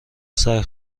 سعی